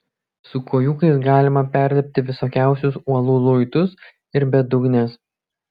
su kojūkais galima perlipti visokiausius uolų luitus ir bedugnes